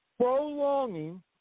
prolonging